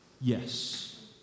Yes